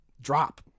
drop